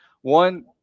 One